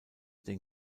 den